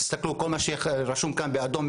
תסתכלו כל מה שרשום כאן באדום,